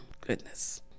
Goodness